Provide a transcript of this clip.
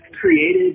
created